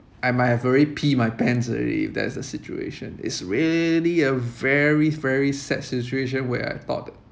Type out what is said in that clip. I might have already pee my pants already if that's the situation it's really a very very sad situation where I thought